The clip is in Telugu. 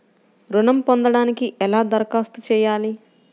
ఋణం పొందటానికి ఎలా దరఖాస్తు చేయాలి?